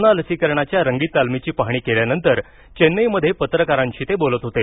corona लसीकरणाच्या रंगीत तालमीची पाहणी केल्यानंतर चेन्नईमध्ये पत्रकारांशी ते बोलत होते